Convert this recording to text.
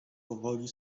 powoli